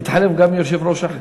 יתחלף גם יושב-ראש אחר.